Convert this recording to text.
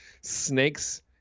snakes